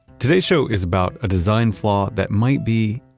today's show is about a design flaw that might be,